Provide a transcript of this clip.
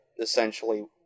essentially